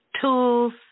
Tools